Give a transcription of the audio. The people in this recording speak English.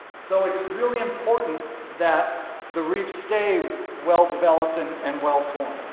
so it's really important that the reef stay well developed and and well formed.